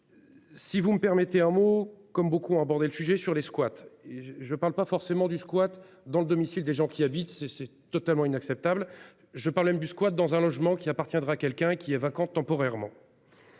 Si vous me permettez un mot comme beaucoup ont abordé le sujet sur les squats et je ne parle pas forcément du squat dans le domicile des gens qui habitent. C'est, c'est totalement inacceptable. Je parlais du squat dans un logement qui appartiendra quelqu'un qui est vacante temporairement.